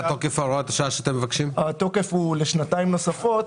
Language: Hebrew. התוקף להוראת השעה הוא לשנתיים נוספות,